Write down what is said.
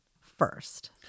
first